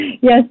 Yes